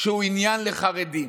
שהוא עניין לחרדים?